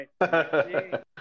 right